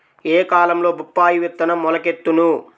ఏ కాలంలో బొప్పాయి విత్తనం మొలకెత్తును?